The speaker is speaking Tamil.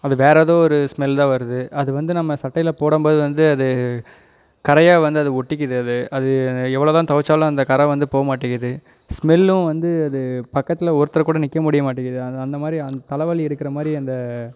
அது வேறு எதோ ஒரு ஸ்மெல் தான் வருது அது வந்து நம்ம சட்டையில் போடம்போது வந்து அது கரையாக வந்து அது ஒட்டிக்குது அது அது எவ்வளோ தான் துவச்சாலும் அந்த கரை வந்து போக மாட்டிக்குது ஸ்மெல்லும் வந்து அது பக்கத்தில் ஒருத்தர் கூட நிற்க முடிய மாட்டிக்குது அது அந்த மாதிரி அந்த தலைவலி இருக்கிற மாதிரி அந்த